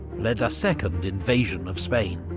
led a second invasion of spain.